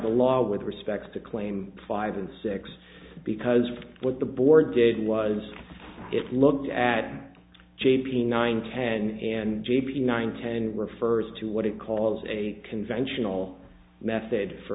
the law with respect to claim five and six because of what the board did was it looked at j p nine ten and j p nine ten refers to what it calls a conventional method for